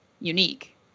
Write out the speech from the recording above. unique